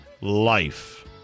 life